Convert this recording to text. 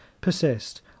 persist